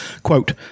quote